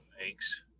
makes